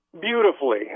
beautifully